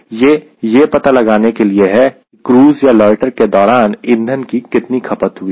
यह ये पता करने के लिए है की क्रूज़ या लोयटर के दौरान ईंधन की कितनी खपत हुई है